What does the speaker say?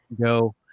go